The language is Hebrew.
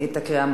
התשע"א 2011,